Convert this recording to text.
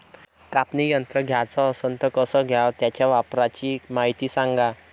कापनी यंत्र घ्याचं असन त कस घ्याव? त्याच्या वापराची मायती सांगा